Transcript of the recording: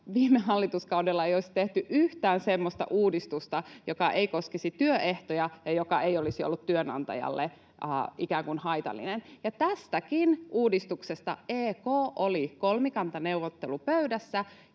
viime hallituskaudella ei olisi tehty yhtään semmoista uudistusta, joka koskisi työehtoja ja joka olisi ollut työnantajalle ikään kuin haitallinen. Ja tästäkin uudistuksesta EK oli kolmikantaneuvottelupöydässä